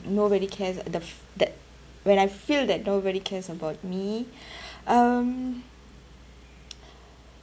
nobody cares the that when I feel that nobody cares about me um